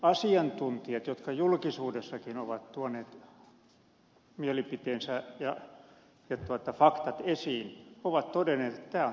asiantuntijat jotka julkisuudessakin ovat tuoneet mielipiteensä ja faktat esiin ovat todenneet että tämä on nollasummapeliä